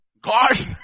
God